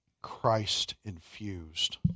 Christ-infused